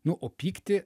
nu o pykti